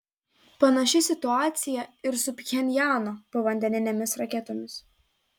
panaši situacija ir su pchenjano povandeninėmis raketomis